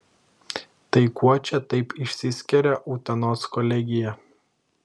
tai kuo čia taip išsiskiria utenos kolegija